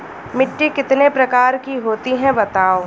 मिट्टी कितने प्रकार की होती हैं बताओ?